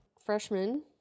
Freshman